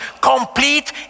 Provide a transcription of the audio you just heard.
complete